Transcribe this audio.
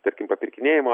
tarkim papirkinėjimo